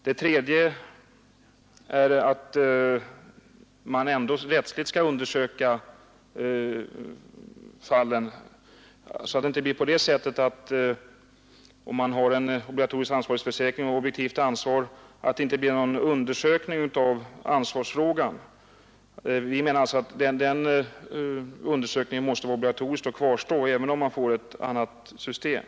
Det tredje är att man ändå rättsligt skall undersöka fallen så att det inte blir på det sättet att förekomsten av obligatorisk ansvarighetsförsäkring och objektivt ansvar innebär att det inte blir någon undersökning i ansvarsfrågan. Vi menar alltså att den undersökningen måste vara obligatorisk och kvarstå även om man får ett annat system.